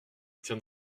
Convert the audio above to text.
tient